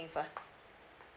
first